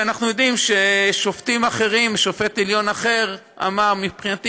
ואנחנו יודעים ששופט עליון אחר אמר: מבחינתי